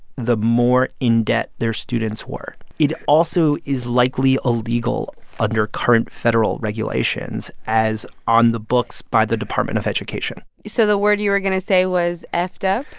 the more in debt their students were. it also is likely illegal under current federal regulations, as on the books by the department of education so the word you were going to say was effed up?